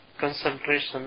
concentration